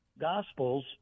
Gospels